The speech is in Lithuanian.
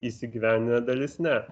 įsigyvendina dalis ne